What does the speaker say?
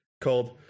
called